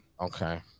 Okay